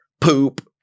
poop